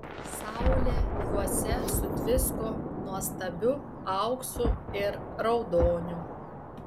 saulė juose sutvisko nuostabiu auksu ir raudoniu